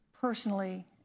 personally